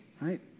Right